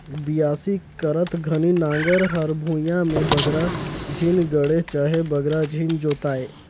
बियासी करत घनी नांगर हर भुईया मे बगरा झिन गड़े चहे बगरा झिन जोताए